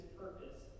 purpose